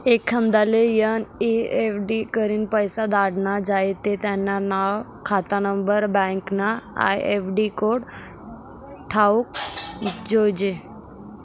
एखांदाले एन.ई.एफ.टी करीन पैसा धाडना झायेत ते त्यानं नाव, खातानानंबर, बँकना आय.एफ.सी कोड ठावूक जोयजे